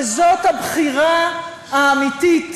וזאת הבחירה האמיתית